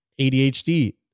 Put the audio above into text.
ADHD